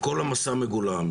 כל המסע מגולם.